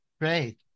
great